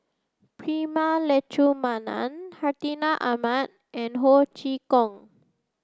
Prema Letchumanan Hartinah Ahmad and Ho Chee Kong